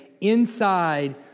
inside